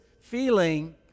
feeling